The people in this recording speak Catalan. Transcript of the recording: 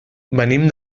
venim